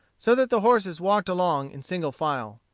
so that the horses walked along in single file.